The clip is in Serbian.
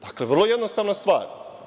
Dakle, vrlo jednostavna stvar.